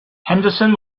henderson